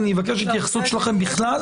אני אבקש את התייחסותכם בכלל.